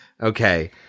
Okay